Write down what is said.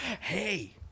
Hey